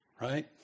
right